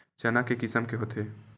चना के किसम के होथे?